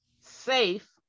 safe